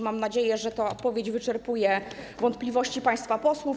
Mam nadzieję, że ta odpowiedź wyczerpuje wątpliwości państwa posłów.